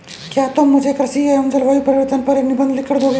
क्या तुम मुझे कृषि एवं जलवायु परिवर्तन पर एक निबंध लिखकर दोगे?